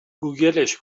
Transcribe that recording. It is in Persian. گوگلش